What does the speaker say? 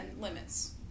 limits